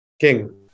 King